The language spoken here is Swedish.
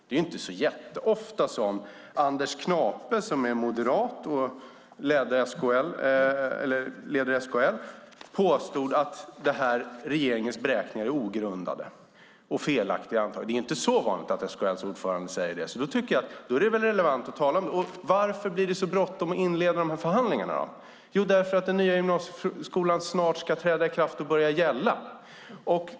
Det är inte ofta Anders Knape, som är moderat och leder SKL, har påstått att regeringens beräkningar är ogrundade och felaktiga. Det är inte ofta som SKL:s ordförande säger något sådant. Då är det väl relevant att tala om det. Varför är det så bråttom att inleda förhandlingarna, då? Jo, därför att den nya gymnasieskolan snart ska träda i kraft och börja gälla.